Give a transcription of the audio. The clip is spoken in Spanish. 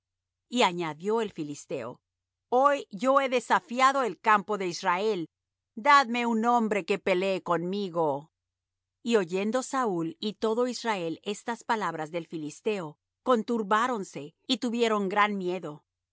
y añadió el filisteo hoy yo he desafiado el campo de israel dadme un hombre que pelee conmigo y oyendo saúl y todo israel estas palabras del filisteo conturbáronse y tuvieron gran miedo y